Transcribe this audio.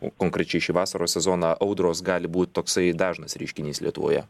o konkrečiai šį vasaros sezoną audros gali būt toksai dažnas reiškinys lietuvoje